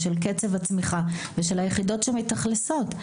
לקצב הצמיחה וליחידות שמתאכלסות.